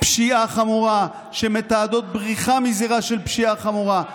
פשיעה חמורה, שמתעדות בריחה מזירה של פשיעה חמורה.